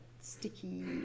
sticky